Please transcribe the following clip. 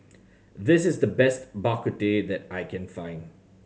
this is the best Bak Kut Teh that I can find